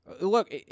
Look